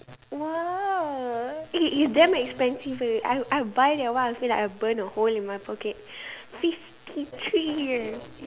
!wow! eh it's damn expensive eh I'll I'll buy that one I feel like I burn a hole in my pocket fifty three eh